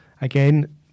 again